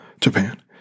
Japan